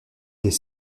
des